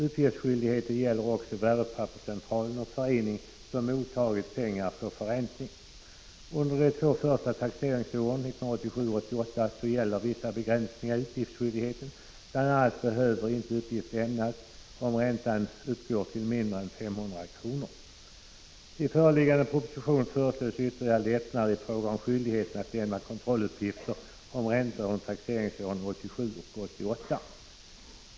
Uppgiftsskyldigheten gäller också Värdepapperscentralen och förening som mottagit pengar för förräntning. Under de två första taxeringsåren 1987 och 1988 gäller vissa begränsningar i uppgiftsskyldigheten. Bl. a. behöver inte uppgift lämnas om räntan uppgått till mindre än 500 kr. I föreliggande proposition föreslås ytterligare lättnader i fråga om skyldigheten att lämna kontrolluppgifter om räntor under taxeringsåren 1987 och 1988.